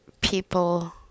people